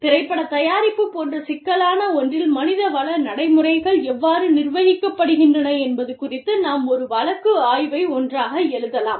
திரைப்பட தயாரிப்பு போன்ற சிக்கலான ஒன்றில் மனிதவள நடைமுறைகள் எவ்வாறு நிர்வகிக்கப்படுகின்றன என்பது குறித்து நாம் ஒரு வழக்கு ஆய்வை ஒன்றாக எழுதலாம்